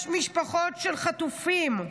יש משפחות של חטופים.